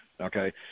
okay